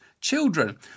children